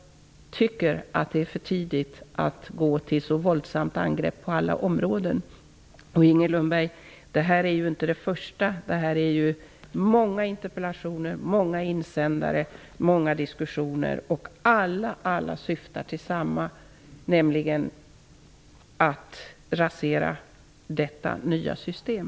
Det är för tidigt att gå till ett så våldsamt angrepp på alla områden. Denna interpellation, Inger Lundberg, är inte den första i ämnet. Det har förekommit många interpellationer, många insändare och många diskussioner, alla med syftet att rasera detta nya system.